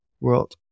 world